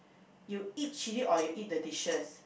you eat chilli or you eat the dishes